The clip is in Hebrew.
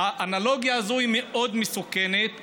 האנלוגיה הזאת היא מאוד מסוכנת,